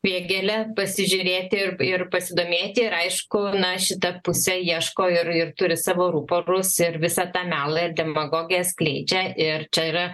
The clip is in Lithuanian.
vėgėlę pasižiūrėti ir ir pasidomėti ir aišku na šita pusė ieško ir ir turi savo ruporus ir visą tą melą ir demagogiją skleidžia ir čia yra